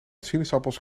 sinaasappels